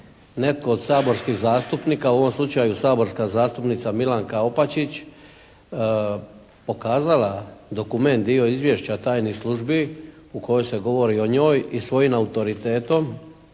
netko od saborskih zastupnika, u ovom slučaju saborska zastupnica Milanka Opačić pokazala dokument, dio izvješća tajnih službi u kojoj se govori o njoj i svojim autoritetom